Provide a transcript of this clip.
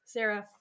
Sarah